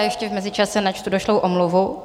Ještě v mezičase načtu došlou omluvu.